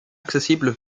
accessible